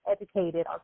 educated